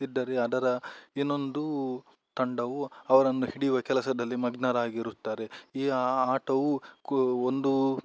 ಇದ್ದರೆ ಅದರ ಇನ್ನೊಂದು ತಂಡವು ಅವರನ್ನು ಹಿಡಿಯುವ ಕೆಲಸದಲ್ಲಿ ಮಗ್ನರಾಗಿರುತ್ತಾರೆ ಈ ಆಟವು ಕು ಒಂದು